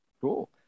Cool